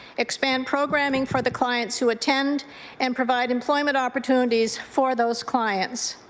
expand programming for the clients who attend and provide employment opportunities for those clients.